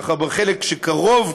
בחלק שקרוב,